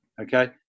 Okay